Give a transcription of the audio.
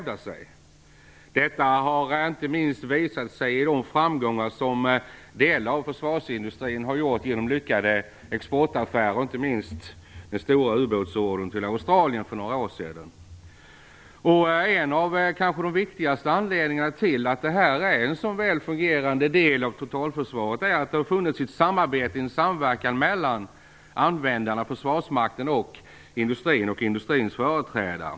Detta har inte minst visat sig i de framgångar som delar av försvarsindustrin har fått genom lyckade exportaffärer, inte minst den stora ubåtsordern till Australien för några år sedan. En av de kanske viktigaste anledningarna till att det här är en så väl fungerande del av totalförsvaret är att det har funnits ett samarbete och en samverkan mellan användarna, försvarsmakten och industrin och industrins företrädare.